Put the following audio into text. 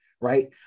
Right